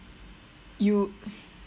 you